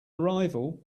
arrival